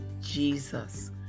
Jesus